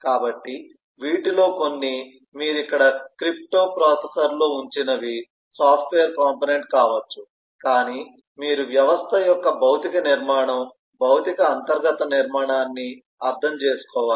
కాబట్టి వీటిలో కొన్ని మీరు ఇక్కడ క్రిప్టో ప్రాసెసర్లో ఉంచినవి సాఫ్ట్వేర్ కాంపోనెంట్ కావచ్చు కాని మీరు వ్యవస్థ యొక్క భౌతిక నిర్మాణం భౌతిక అంతర్గత నిర్మాణాన్ని అర్థం చేసుకోవాలి